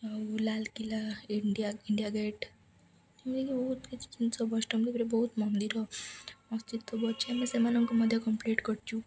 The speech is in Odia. ଆଉ ଲାଲ୍କିଲ୍ଲା ଇଣ୍ଡିଆ ଇଣ୍ଡିଆ ଗେଟ୍ ଏମିତିକି ବହୁତ କିଛି ଜିନିଷ ବହୁତ ମନ୍ଦିର ମସଜିଦ୍ ଅଛି ଆମେ ସେମାନଙ୍କୁ ମଧ୍ୟ କମ୍ପ୍ଲିଟ୍ କରିଛୁ